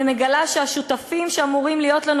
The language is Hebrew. ומגלה שהשותפים שאמורים להיות לנו